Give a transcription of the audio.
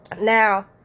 now